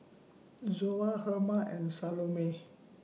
Zoa Herma and Salome